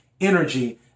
energy